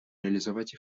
реализовать